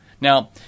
Now